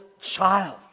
child